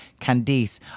Candice